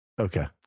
Okay